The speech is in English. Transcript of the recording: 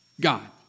God